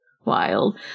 wild